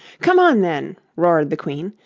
come on, then roared the queen,